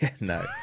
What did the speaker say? No